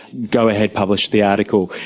go ahead, publish the article.